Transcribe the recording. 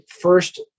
first